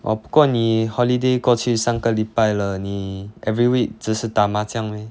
orh 不过你 holiday 过去三个礼拜了你 every week 只是打麻将 leh